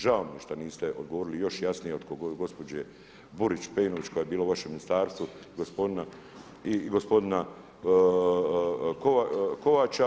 Žao mi je što niste odgovorili još jasnije oko gospođe Burić Pejnović koja je bila u vašem ministarstvu, gospodina Kovača.